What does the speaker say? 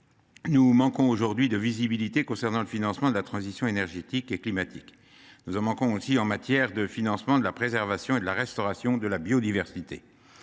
nous manquons aujourd’hui de visibilité concernant le financement de la transition énergétique et climatique, nous en manquons aussi en matière de financement de la préservation et de la restauration de la biodiversité.